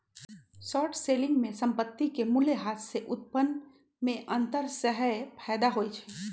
short selling में संपत्ति के मूल्यह्रास से उत्पन्न में अंतर सेहेय फयदा होइ छइ